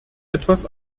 etwas